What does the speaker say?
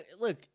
look